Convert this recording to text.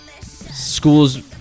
schools